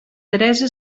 teresa